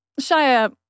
Shia